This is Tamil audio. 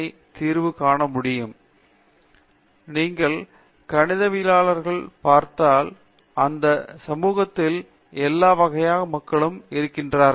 பேராசிரியர் அரிந்தமா சிங் நீங்கள் கணிதவியலாளர்களால் பார்த்தால் அந்த சமூகத்தில் எல்லா வகையான மக்களும் இருக்கிறார்கள்